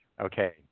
Okay